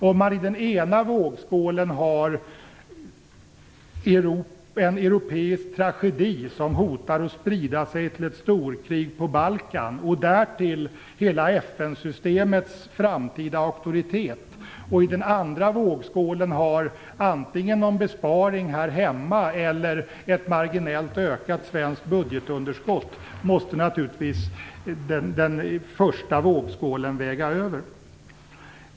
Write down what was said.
Om man i den ena vågskålen har en europeisk tragedi som hotar att sprida sig till ett storkrig på Balkan och därtill hela FN systemets framtida auktoritet, och i den andra vågskålen har antingen någon besparing här hemma eller ett marginellt ökat svenskt budgetunderskott, måste naturligtvis den första vågskålen väga över.